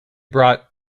brought